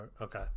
okay